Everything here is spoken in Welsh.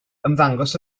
ymddangos